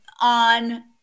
on